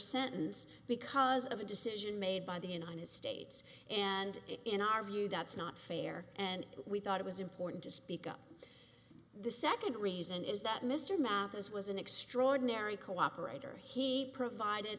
sentence because of a decision made by the united states and in our view that's not fair and we thought it was important to speak up the second reason is that mr mathers was an extraordinary cooperator he provided